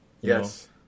Yes